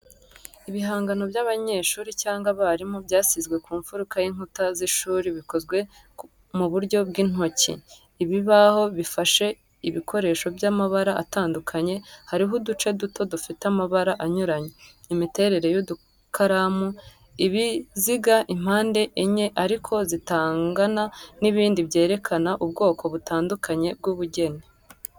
Ibihangano by'abanyeshuri cyangwa abarimu byasizwe ku mfuruka y'inkuta z’ishuri bikozwe mu buryo bw’intoki. Ibibaho bifasheho ibikoresho by’amabara atandukanye hariho uduce duto dufite amabara anyuranye, imiterere y'udukaramu, ibiziga impande enye ariko zitangana n'ibindi byerekana ubwoko butandukanye bw’ubugeni.